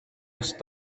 los